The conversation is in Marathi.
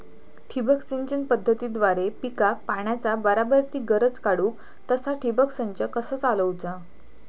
ठिबक सिंचन पद्धतीद्वारे पिकाक पाण्याचा बराबर ती गरज काडूक तसा ठिबक संच कसा चालवुचा?